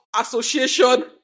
association